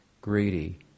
greedy